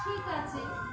ঠিক আছে